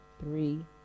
three